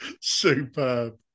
Superb